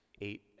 eight